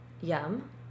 Yum